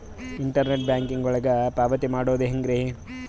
Internet banking ಒಳಗ ಪಾವತಿ ಮಾಡೋದು ಹೆಂಗ್ರಿ?